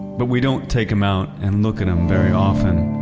but we don't take them out and look at them very often.